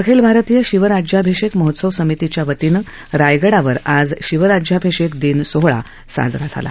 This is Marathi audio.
अखिल भारतीय शिवराज्याभिषेक महोत्सव समितीच्या वतीनं रायगडावर आज शिवराज्याभिषेक दिन सोहळा साजरा झाला